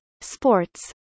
sports